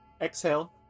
exhale